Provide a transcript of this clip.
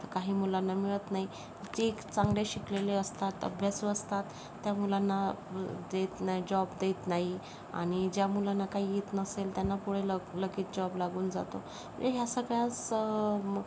तर काही मुलांना मिळत नाही जे चांगले शिकलेले असतात अभ्यासू असतात त्या मुलांना देत नाही जॉब देत नाही आणि ज्या मुलांना काही येत नसेल त्यांना पुढे लग लगेच जॉब लागून जातो तर ह्या सगळ्याचं